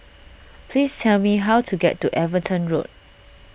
please tell me how to get to Everton Road